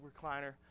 recliner